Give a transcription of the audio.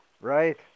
right